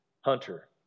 Hunter